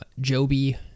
Joby